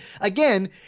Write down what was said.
again